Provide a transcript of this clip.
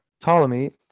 Ptolemy